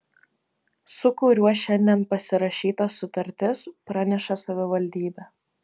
su kuriuo šiandien pasirašyta sutartis praneša savivaldybė